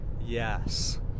yes